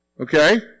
Okay